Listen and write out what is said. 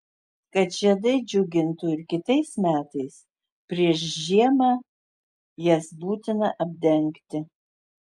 kad žiedai džiugintų ir kitais metais prieš žiemą jas būtina apdengti